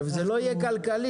זה לא יהיה כלכלי,